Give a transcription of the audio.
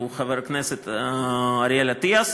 הוא חבר הכנסת אריאל אטיאס.